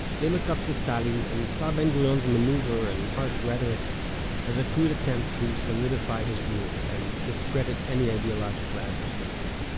they looked up to stalin, and saw ben-gurion's maneuvers and harsh rhetoric as a crude attempt to solidify his rule, and discredit any ideological adversaries.